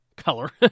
color